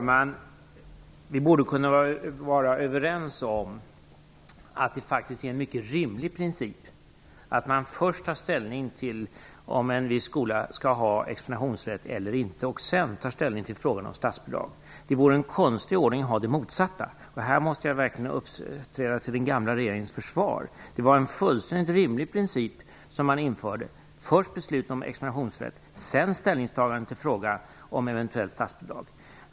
Fru talman! Vi borde kunna vara överens om att det faktiskt är en mycket rimlig princip att först ta ställning till om en viss skola skall ha examensrätt eller inte för att sedan ta ställning till frågan om statsbidrag. Det motsatta vore en konstig ordning. Här måste jag verkligen uppträda till den gamla regeringens försvar. Det var en fullständigt rimlig princip som man införde: först beslut om examensrätt, sedan ställningstagande till frågan om eventuellt statsbidrag.